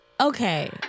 okay